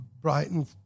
Brighton